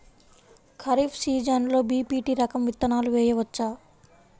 ఖరీఫ్ సీజన్లో బి.పీ.టీ రకం విత్తనాలు వేయవచ్చా?